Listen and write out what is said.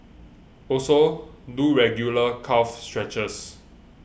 also do regular calf stretches